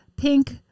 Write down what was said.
Pink